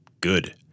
good